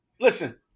listen